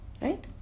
Right